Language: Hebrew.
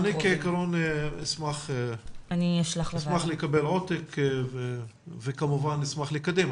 אני אשמח לקבל עותק וכמובן לקדם.